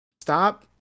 stop